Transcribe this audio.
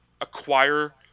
acquire